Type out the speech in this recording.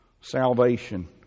salvation